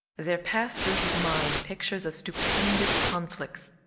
there passed through his mind pictures of stupendous conflicts.